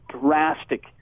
drastic